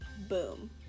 Boom